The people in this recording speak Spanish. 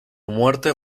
muerte